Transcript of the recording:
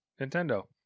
Nintendo